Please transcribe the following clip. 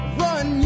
run